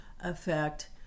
effect